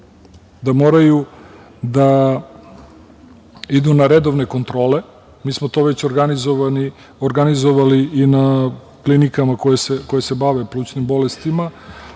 da moraju da idu na redovne kontrole. Mi smo to već organizovali i na klinikama koje se bave plućnim bolestima,